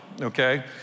Okay